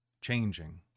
changing